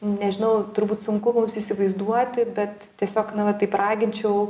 nežinau turbūt sunku įsivaizduoti bet tiesiog na va taip raginčiau